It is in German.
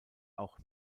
auch